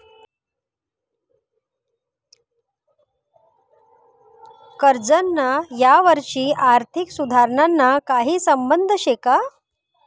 कर्जना यवहारशी आर्थिक सुधारणाना काही संबंध शे का?